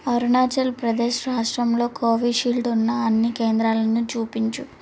అరుణాచల్ ప్రదేశ్ రాష్ట్రంలో కోవిషీల్డ్ ఉన్న అన్ని కేంద్రాలను చూపించు